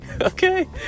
Okay